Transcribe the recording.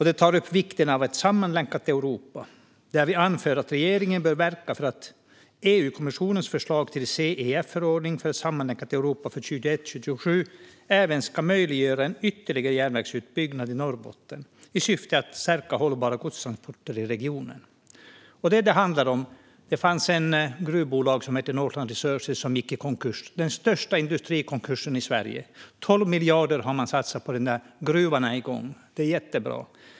Den tar upp vikten av ett sammanlänkat Europa, och vi anför att regeringen bör verka för att EU-kommissionens förslag till CEF-förordning för ett sammanlänkat Europa för 2021-2027 även ska möjliggöra en ytterligare järnvägsutbyggnad i Norrbotten i syfte att stärka hållbara godstransporter i regionen. Det fanns ett gruvbolag som hette Northland Resources som gick i konkurs. Det var den största industrikonkursen i Sverige. 12 miljarder har man satsat. Gruvan är igång. Det är jättebra.